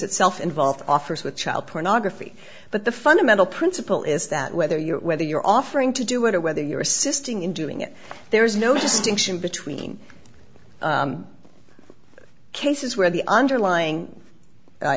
itself involved offers with child pornography but the fundamental principle is that whether you whether you're offering to do it or whether you're assisting in doing it there is no distinction between cases where the underlying